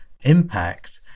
impact